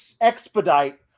expedite